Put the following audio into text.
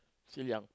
still young